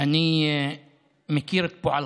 אני מכיר את פועלך,